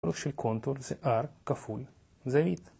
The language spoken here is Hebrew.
של קונטור זה אר כפול. זהווית.